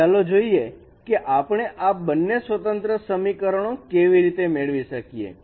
ચાલો જોઈએ કે આપણે આ બંને સ્વતંત્ર સમીકરણો કેવી રીતે મેળવી શકીએ